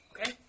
Okay